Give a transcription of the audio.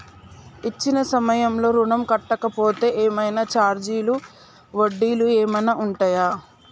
ఇచ్చిన సమయంలో ఋణం కట్టలేకపోతే ఏమైనా ఛార్జీలు వడ్డీలు ఏమైనా ఉంటయా?